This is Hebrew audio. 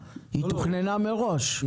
היא תוכננה מראש,